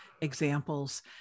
examples